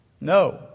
No